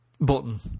button